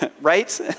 right